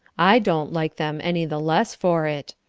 i don't like them any the less for it.